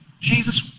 Jesus